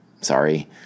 Sorry